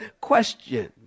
Question